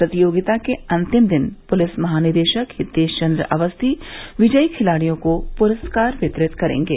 प्रतियोगिता के अंतिम दिन पुलिस महानिदेशक हितेश चन्द्र अवस्थी विजयी खिलाड़ियों को पुरस्कार वितरित करेंगे